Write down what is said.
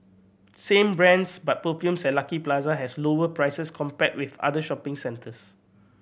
same brands but perfumes at Lucky Plaza has lower prices compared with other shopping centres